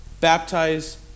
baptize